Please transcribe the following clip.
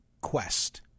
quest